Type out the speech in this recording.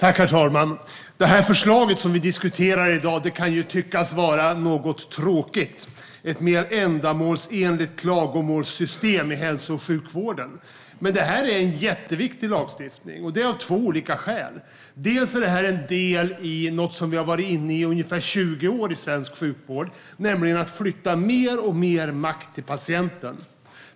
Herr talman! Det förslag som vi diskuterar i dag kan tyckas vara något tråkigt - ett mer ändamålsenligt klagomålssystem i hälso och sjukvården. Men det är en jätteviktig lagstiftning, och det är det av två skäl. En del är att detta är något som vi har varit inne på i ungefär 20 år i svensk sjukvård, nämligen att flytta mer och mer makt till patienten.